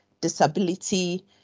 disability